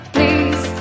Please